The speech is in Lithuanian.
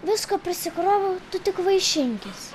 visko prisikroviau tu tik vaišinkis